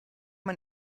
man